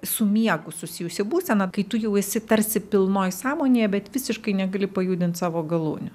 su miegu susijusi būsena kai tu jau esi tarsi pilnoj sąmonėje bet visiškai negali pajudint savo galūnių